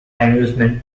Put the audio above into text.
amusement